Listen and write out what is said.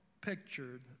pictured